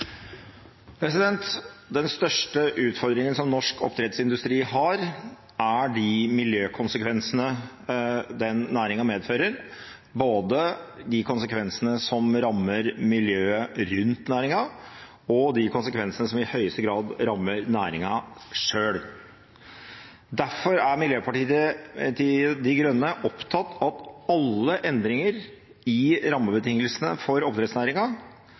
de miljøkonsekvensene næringen medfører, både de konsekvensene som rammer miljøet rundt næringen, og de konsekvensene som i høyeste grad rammer næringen selv. Derfor er Miljøpartiet De Grønne opptatt av at alle endringer i rammebetingelsene for